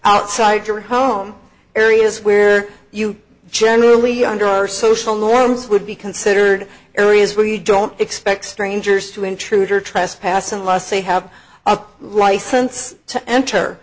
outside your home areas where you generally under our social norms would be considered areas where you don't expect strangers to intruder trespass unless they have a license to enter